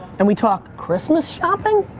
and we talk christmas shopping?